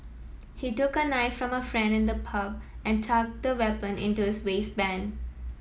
he took a knife from a friend in the pub and tucked the weapon into his waistband